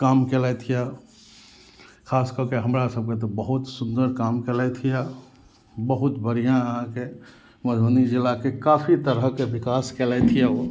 काम केलथि यऽ खास कऽके हमरा सबके तऽ बहुत सुन्दर काम केलथि यऽ बहुत बढ़िऑं अहाँके मधुबनी जिलाके काफी तरहके विकास केलथि यऽ ओ